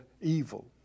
evil